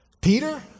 Peter